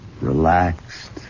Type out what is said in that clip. relaxed